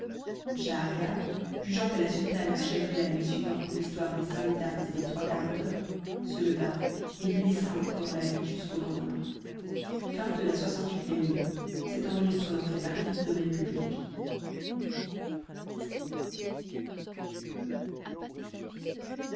schahriar jugeant que la sultane achèverait la nuit suivante l'histoire des cinq dames et des trois calenders se leva et lui laissa encore la vie jusqu'au lendemain lxix nuit